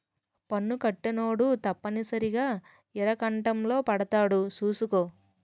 పన్ను కట్టనోడు తప్పనిసరిగా ఇరకాటంలో పడతాడు సూసుకో